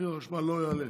מחיר החשמל לא יעלה.